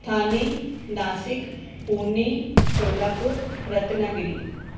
Thane Nashik Pune Solapur Ratnagiri